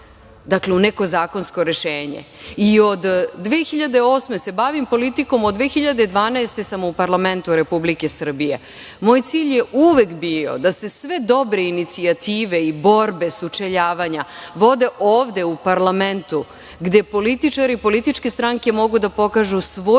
akt u neko zakonsko rešenje. Od 2008. godine se bavim politikom, od 2012. godine sam u parlamentu Republike Srbije. Moj cilj je uvek bio da se sve dobre inicijative i borbe sučeljavanja vode ovde u parlamentu gde političari i političke stranke mogu da pokažu svoju